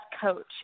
coach